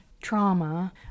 trauma